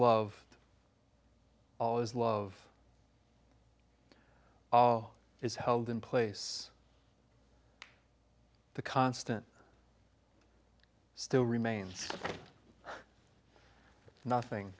love all is love all is held in place the constant still remains nothing